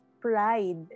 pride